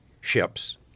ships